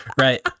Right